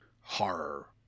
horror